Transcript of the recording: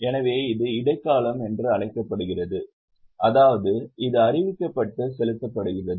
எனவே இது இடைக்காலம் என்று அழைக்கப்படுகிறது அதாவது அது அறிவிக்கப்பட்டு செலுத்தப்படுகிறது